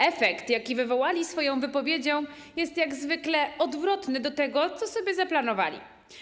Efekt, jaki wywołali swoją wypowiedzią, jest jak zwykle odwrotny do tego, co sobie zaplanowali.